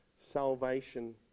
salvation